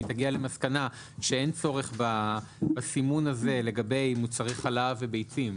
אם היא תגיע למסקנה שאין צורך בסימון הזה לגבי מוצרי חלב וביצים,